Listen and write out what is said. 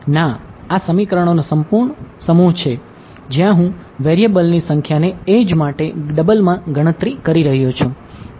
ના આ સમીકરણોનો સંપૂર્ણ સમૂહ છે જ્યાં હું વેરીએબલની સંખ્યા ને એડ્જ માટે ડબલમાં ગણતરી કરી રહ્યો છું